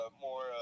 more